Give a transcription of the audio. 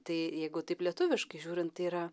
tai jeigu taip lietuviškai žiūrint tai yra